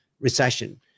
recession